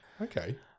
Okay